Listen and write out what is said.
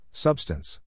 Substance